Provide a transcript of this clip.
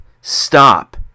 stop